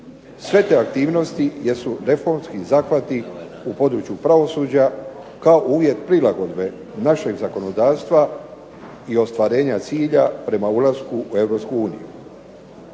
Sve te aktivnosti jer su reformski zahvati u području pravosuđa kao uvjet prilagodbe našeg zakonodavstva i ostvarenja cilja prema ulasku u